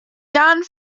jahren